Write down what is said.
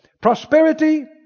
Prosperity